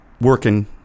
working